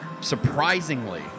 surprisingly